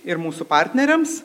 ir mūsų partneriams